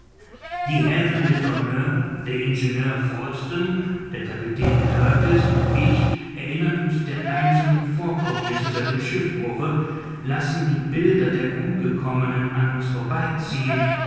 die herren letourneur der ingenieur falsten der kapitän kurtis und ich erinnern uns der einzelnen vorkommnisse seit dem schiffbruche lassen die bilder der umgekommenen an uns vorüberziehen